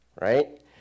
right